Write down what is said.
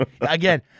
Again